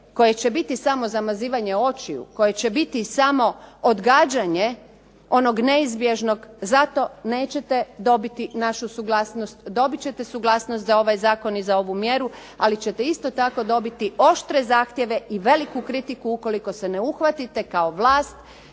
koje će biti samo zamazivanje očiju, koje će biti samo odgađanje onog neizbježnog zato nećete dobiti našu suglasnost. Dobit ćete suglasnost za ovaj zakon i za ovu mjeru. Ali ćete isto tako dobiti oštre zahtjeve i veliku kritiku ukoliko se ne uhvatite kao vlast